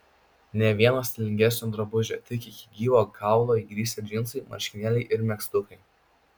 nė vieno stilingesnio drabužio tik iki gyvo kaulo įgrisę džinsai marškinėliai ir megztukai